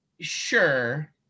Sure